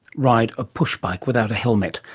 ride a pushbike without a helmet?